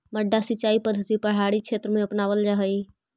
मड्डा सिंचाई पद्धति पहाड़ी क्षेत्र में अपनावल जा हइ